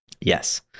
Yes